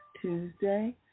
Tuesday